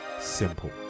simple